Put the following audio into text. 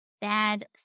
bad